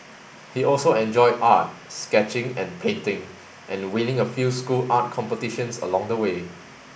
he also enjoyed art sketching and painting and winning a few school art competitions along the way